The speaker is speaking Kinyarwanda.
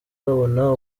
babona